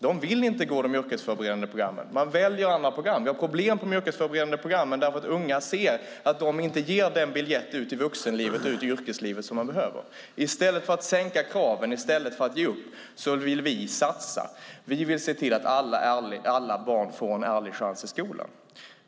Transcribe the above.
De vill inte gå de yrkesföreberedande programmen. De väljer andra program. Vi har problem på de yrkesföreberedande programmen därför att de unga ser att dessa program inte ger den biljett ut i vuxenlivet och i yrkeslivet som de behöver. I stället för att sänka kraven och i stället för att ge upp vill vi satsa och se till att alla barn får en ärlig chans i skolan.